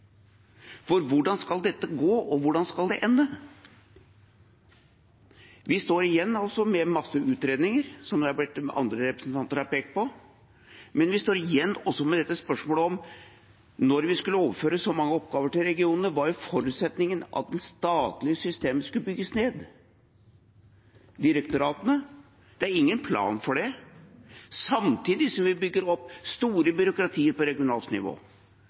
For hvordan skal dette gå, og hvordan skal det ende? Vi står altså igjen med masse utredninger, som andre representanter har pekt på, men vi står også igjen med spørsmål, for når vi skulle overføre så mange oppgaver til regionene, var forutsetningen at det statlige systemet skulle bygges ned. Direktoratene er det ingen plan for. Samtidig bygger vi opp store byråkratier på regionalt nivå,